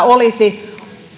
olisi